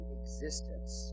existence